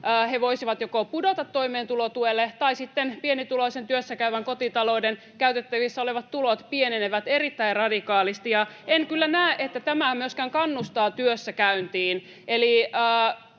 he voisivat joko pudota toimeentulotuelle tai sitten pienituloisen työssäkäyvän kotitalouden käytettävissä olevat tulot pienenevät erittäin radikaalisti, ja en kyllä näe, että tämä myöskään kannustaa työssäkäyntiin.